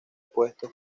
puesto